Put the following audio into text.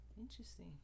Interesting